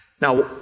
Now